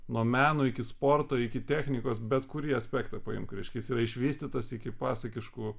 nuo meno iki sporto iki technikos bet kurį aspektą paimk reiškia jis yra išvystytas iki pasakiškų